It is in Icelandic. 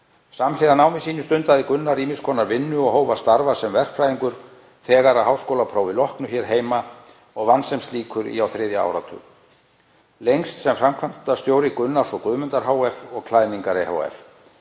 Samhliða námi sínu stundaði Gunnar ýmiss konar vinnu og hóf að starfa sem verkfræðingur þegar að háskólaprófi loknu hér heima og vann sem slíkur á þriðja áratug, lengst sem framkvæmdastjóri Gunnars og Guðmundar hf. og Klæðningar ehf.